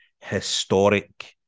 Historic